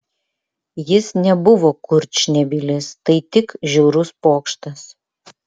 jis nebuvo kurčnebylis tai tik žiaurus pokštas